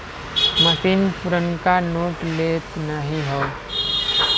मसीन पुरनका नोट लेत नाहीं हौ